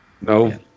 No